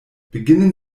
beginnen